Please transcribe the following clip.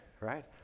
Right